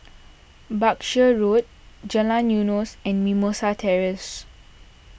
Berkshire Road Jalan Eunos and Mimosa Terrace